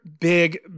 big